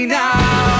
now